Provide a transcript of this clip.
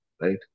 right